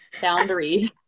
boundary